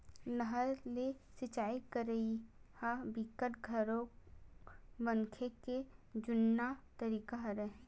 नहर ले सिचई करई ह बिकट घलोक मनखे के जुन्ना तरीका हरय